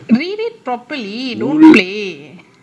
read it properly don't play